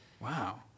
Wow